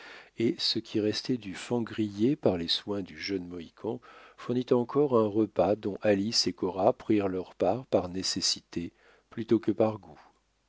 et ce qui restait du faon grillé par les soins du jeune mohican fournit encore un repas dont alice et cora prirent leur part par nécessité plutôt que par goût